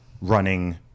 running